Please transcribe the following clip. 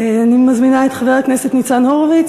אני מזמינה את חבר הכנסת ניצן הורוביץ,